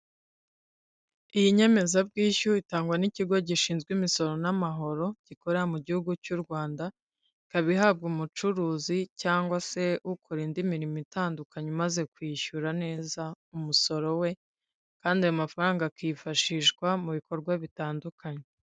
Iyi nyemezabwishyu itangwa n'ikigo gishinzwe imisoro n'amahoro gikorera mu gihugu cy'u Rwanda, ikaba ihabwa umucuruzi cyangwa se ukora indi mirimo itandukanye umaze kwishyura neza umusoro we, kandi ayo mafaranga akifashishwa mu bikorwa bitandukanye.